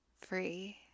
free